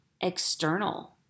external